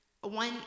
One